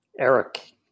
Eric